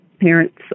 parents